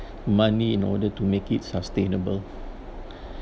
money in order to make it sustainable